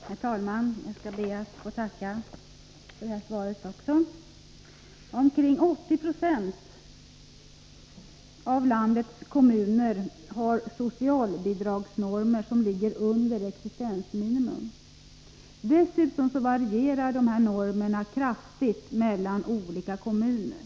Herr talman! Jag skall be att få tacka för svaret. Omkring 80 20 av landets kommuner har socialbidragsnormer som innebär att bidragen ligger under existensminimum. Dessutom varierar normerna kraftigt mellan olika kommuner.